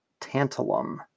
Tantalum